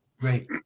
Great